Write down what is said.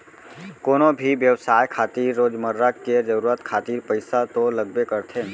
कोनो भी बेवसाय खातिर रोजमर्रा के जरुरत खातिर पइसा तो लगबे करथे